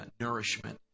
nourishment